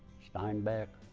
steinbeck,